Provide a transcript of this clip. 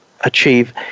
achieve